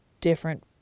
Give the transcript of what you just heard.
different